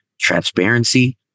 transparency